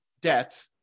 debt